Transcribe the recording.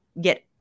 get